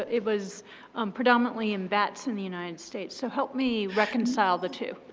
it was predominantly in bats in the united states. so, help me reconcile the two.